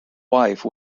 wife